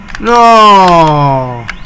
No